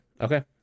Okay